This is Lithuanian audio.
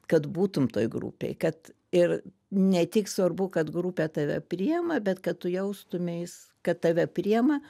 kad būtum toj grupėj kad ir ne tik svarbu kad grupė tave priima bet kad tu jaustumeis kad tave priima